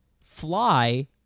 fly